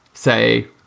say